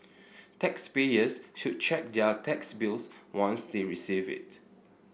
taxpayers should check their tax bills once they receive it